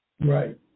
Right